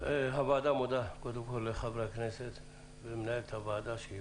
הוועדה מודה לחברי הכנסת שהשתתפו בדיון וכן למנהלת הוועדה.